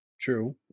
True